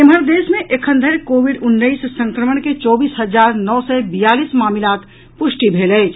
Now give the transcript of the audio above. एम्हर देश मे एखन धरि कोविड उन्नैस संक्रमण के चौबीस हजार नओ सय बियालीस मामिलाक पुष्टि भेल अछि